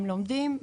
הם לומדים,